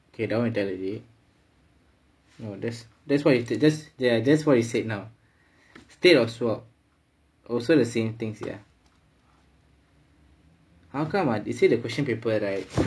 okay that [one] you tell already that's that's what you say just just what you said now state of S_W_O_P also the same things sia how come ah they say the question paper right